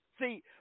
See